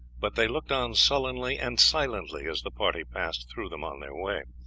but they looked on sullenly and silently as the party passed through them on their way.